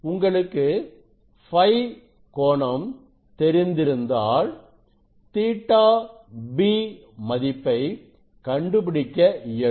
உங்களுக்கு Φ கோணம் தெரிந்திருந்தால் ƟB மதிப்பை கண்டுபிடிக்க இயலும்